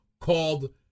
called